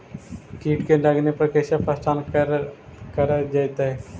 कीट के लगने पर कैसे पहचान कर जयतय?